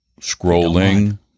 Scrolling